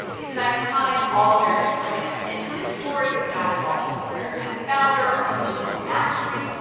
it's an iconic, all-american brand. and this story has got it all a charismatic founder, artisanal mastery,